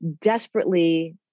desperately